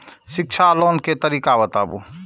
शिक्षा लोन के तरीका बताबू?